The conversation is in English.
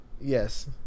Yes